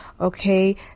Okay